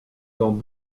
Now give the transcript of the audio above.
dans